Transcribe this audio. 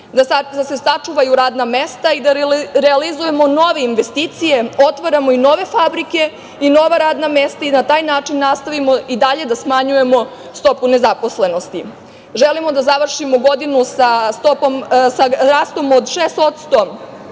da se sačuvaju radna mesta i da realizujemo nove investicije, otvaramo i nove fabrike i nova radna mesta i na taj način nastavimo i dalje da smanjujemo stopu nezaposlenosti. Želimo da završimo godinu sa rastom od 6%